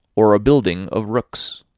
or a building of rooks.